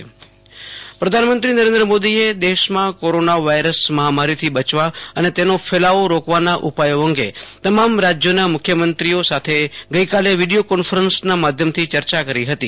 આશુતોષ અંતાણી પ્રધાનમંત્રી પ્રધાનમંત્રી નરેન્દ્ર મોદીએ દશમાં કોરોના વાયરસ મહામારી બચવા અને તેનો ફલાવો રોકવાના ઉપાયો અંગે તમામ રાજયનો મુખ્યમંત્રીઓ સાથે ગઈકાલે વિડીયો કોન્ફરન્સના માધ્યમથી ચર્ચા કરી હ તી